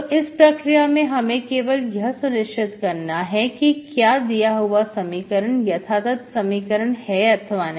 तो इस प्रक्रिया में हमें केवल यह सुनिश्चित करना है कि क्या दिया हुआ समीकरण यथातथ समीकरण है अथवा नहीं